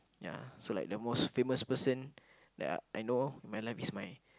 yeah so like the most famous person that I know of my life is my